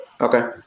Okay